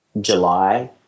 July